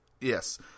Yes